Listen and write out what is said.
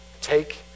Take